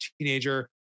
teenager